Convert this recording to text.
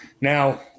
Now